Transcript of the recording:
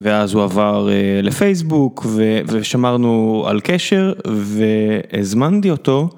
ואז הוא עבר לפייסבוק, ושמרנו על קשר, והזמנתי אותו.